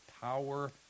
power